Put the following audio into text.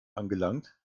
angelangt